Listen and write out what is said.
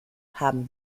haben